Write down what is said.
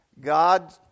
God